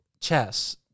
chess